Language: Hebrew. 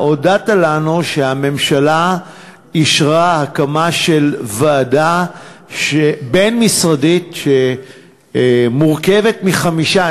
הודעת לנו שהממשלה אישרה הקמה של ועדה בין-משרדית שחברים בה חמישה.